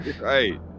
Right